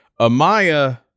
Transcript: Amaya